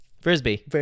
Frisbee